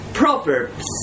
Proverbs